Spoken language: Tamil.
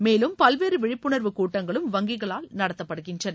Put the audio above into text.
மேலும் பல்வேறு விழிப்புணர்வு கூட்டங்களும் வங்கிகளால் நடத்தப்படுகின்றன